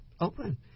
open